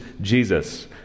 Jesus